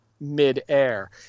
midair